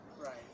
right